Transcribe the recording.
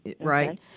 Right